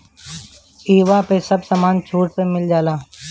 इहवा पे सब समान छुट पे मिल जाला